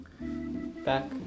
back